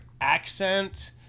accent